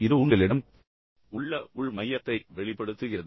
இது உங்களிடம் உள்ள உள் மையத்தை வெளிப்படுத்துகிறது